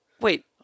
Wait